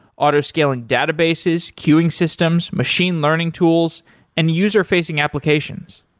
auto scaling databases, queueing systems, machine learning tools and user-facing applications.